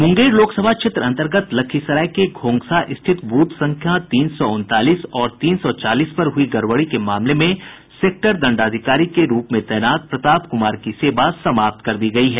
मूंगेर लोकसभा क्षेत्र अंतर्गत लखीसराय के घोंघसा स्थित बूथ संख्या तीन सौ उनतालीस और तीन सौ चालीस पर हुई गड़बड़ी के मामले में सेक्टर दंडाधिकारी के रूप में तैनात प्रताप कुमार की सेवा समाप्त कर दी गयी है